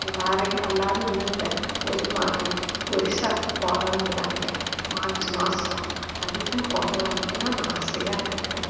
எல்லாரையும் எல்லாரும் இன்னும் இந்த ஒரி மா ஒரிசாவுக்கு போகலாங்கிறாங்க மார்ச் மாதம் அதுக்கும் போகலான்ட்டு தான் நான் ஆசையாக இருக்கிறேன்